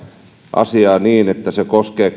asiaa niin että se koskee